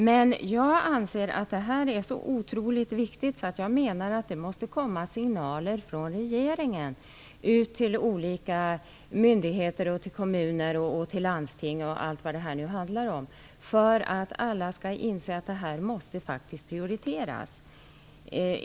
Men jag anser att det här är så otroligt viktigt att det måste komma signaler från regeringen ut till olika myndigheter, till kommuner och landsting m.m. för att alla skall inse att detta faktiskt måste prioriteras.